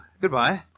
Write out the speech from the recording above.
Goodbye